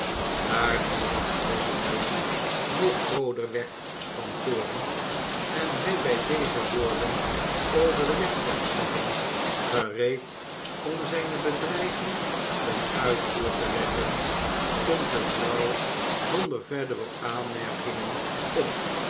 daar noach's roode neus nog rooder werd van toorn en hij bij deze woorden over den weg kwam stappen gereed om zijne bedreiging ten uitvoer te leggen stond de vrouw zonder verdere aanmerkingen op